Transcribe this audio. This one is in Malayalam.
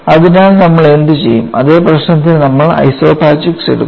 അതിനാൽ നമ്മൾ എന്തുചെയ്യും അതേ പ്രശ്നത്തിന് നമ്മൾ ഐസോപാച്ചിക്സ് എടുക്കും